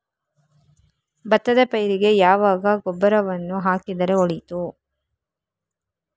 ಭತ್ತದ ಪೈರಿಗೆ ಯಾವಾಗ ಗೊಬ್ಬರವನ್ನು ಹಾಕಿದರೆ ಒಳಿತು?